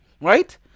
right